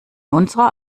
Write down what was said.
unserer